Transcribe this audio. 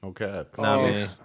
Okay